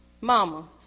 Mama